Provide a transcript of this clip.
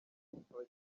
abakinnyi